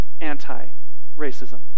anti-racism